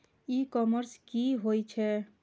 ई commerce की होए छै?